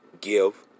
give